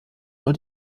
nur